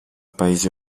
paesi